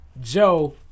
Joe